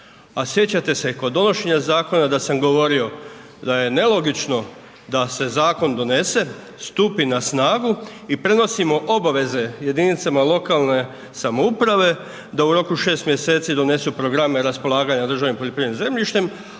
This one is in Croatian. A sjećate se kod donošenja zakona da sam govorio da je nelogično da se zakon donese, stupi na snagu i prenosimo obaveze jedinicama lokalne samouprave da u roku 6 mj. donesu programe raspolaganja državnim poljoprivrednim zemljištem